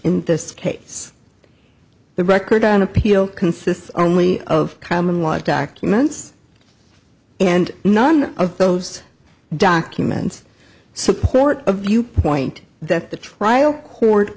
in this case the record on appeal consists only of common watched act months and none of those documents support a viewpoint that the trial court